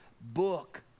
book